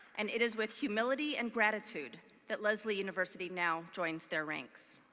and it is with humility and gratitude that lesley university now joins their ranks.